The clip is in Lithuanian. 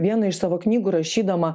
vieną iš savo knygų rašydama